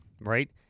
Right